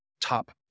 top